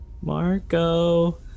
Marco